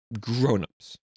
grownups